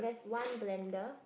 one blender